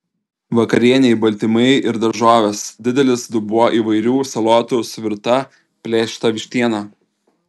vakarienei baltymai ir daržovės didelis dubuo įvairių salotų su virta plėšyta vištiena